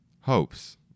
Hopes